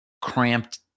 cramped